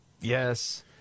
Yes